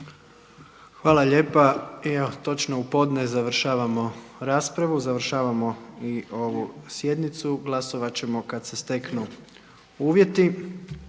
Hvala lijepa. Evo točno u podne završavamo raspravu, završavamo i ovu sjednicu. Glasovat ćemo kad se steknu uvjeti.